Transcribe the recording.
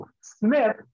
Smith